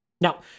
Now